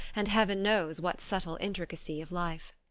and heaven knows what subtle intricacy of life.